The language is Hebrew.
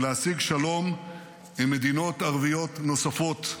ולהשיג שלום עם מדינות ערביות נוספות.